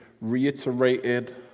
reiterated